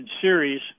Series